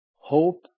hope